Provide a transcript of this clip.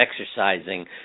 exercising